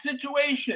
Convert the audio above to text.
situation